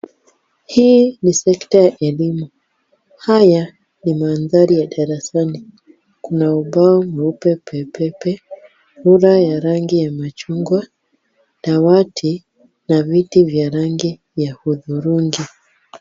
Hii ni sekta ya elimu. Haya ni mandhari ya darasani. Kuna ubao mweupe pepepe, rula ya rangi ya machungwa, dawati na viti vya rangi ya hudhurungi.